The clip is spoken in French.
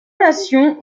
nations